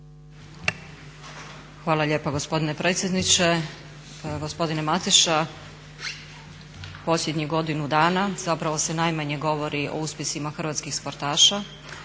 Hvala lijepa gospodine predsjedniče. Gospodine Mateša, posljednjih godinu dana zapravo se najmanje govori o uspjesima hrvatskih sportaša